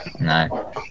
No